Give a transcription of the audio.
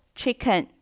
chicken